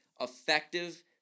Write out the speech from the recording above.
effective